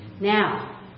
Now